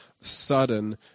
sudden